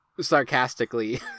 sarcastically